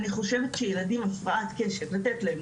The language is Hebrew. אני חושבת שילדים עם הפרעת קשב לתת להם